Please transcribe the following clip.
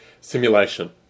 simulation